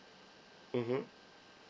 mmhmm